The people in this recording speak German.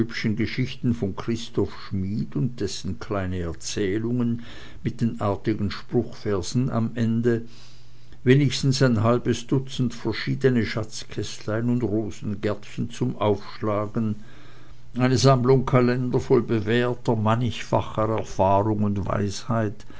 geschichten von christoph schmid und dessen kleine erzählungen mit den artigen spruchversen am ende wenigstens ein halbes dutzend verschiedene schatzkästlein und rosengärten zum aufschlagen eine sammlung kalender voll bewährter mannigfacher erfahrung und weisheit